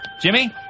Jimmy